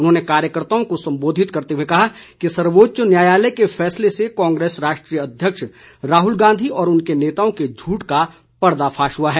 उन्होंने कार्यकर्ताओं को संबोधित करते हुए कहा कि सर्वोच्च न्यायालय के फैसले से कांग्रेस राष्ट्रीय अध्यक्ष राहुल गांधी व उनके नेताओं के झूठ का पर्दाफाश हुआ है